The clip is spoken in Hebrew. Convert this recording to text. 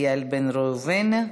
איל בן ראובן.